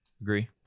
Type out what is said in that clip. Agree